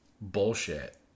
bullshit